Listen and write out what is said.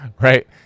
right